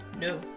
No